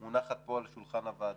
מונחת פה על שולחן הוועדה.